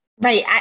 Right